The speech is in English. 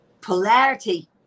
Polarity